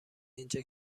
اینجا